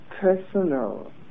personal